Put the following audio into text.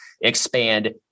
expand